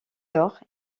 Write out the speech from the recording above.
lors